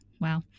wow